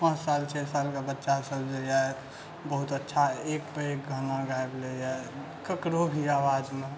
पाँच साल छओ सालके बच्चासब जे अइ बहुत अच्छा एकपर एक गाना गाबि लैए ककरो भी आवाजमे